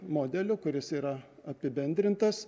modelio kuris yra apibendrintas